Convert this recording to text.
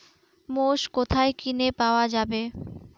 মোষ কোথায় কিনে পাওয়া যাবে?